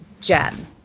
Jen